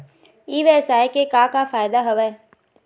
ई व्यवसाय के का का फ़ायदा हवय?